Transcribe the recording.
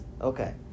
okay